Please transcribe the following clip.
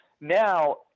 Now